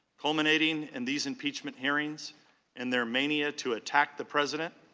culminating in these impeachment hearings and their mania to attack the president.